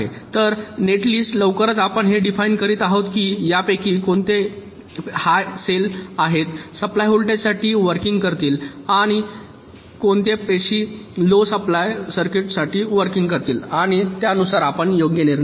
तर नेटलिस्टच्या लेवलवरच आपण हे डिफाईन करीत आहोत की यापैकी कोणते पेशी हाय सप्लाय व्होल्टेजसह वर्किंग करतील आणि कोणत्या पेशी लो सप्लाय व्होल्टेजसह वर्किंग करतील आणि त्यानुसार आपण योग्य निर्णय घ्यावा